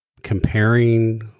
comparing